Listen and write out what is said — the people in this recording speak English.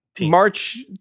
March